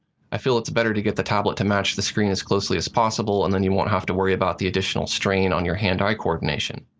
i feel it's better to get the tablet to match the screen as closely as possible and then you won't have to worry about the additional strain on your hand-eye coordination.